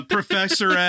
Professor